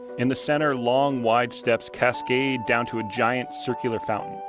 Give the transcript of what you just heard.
in the center, long-wide steps cascade down to a giant circular fountain.